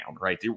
right